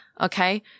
Okay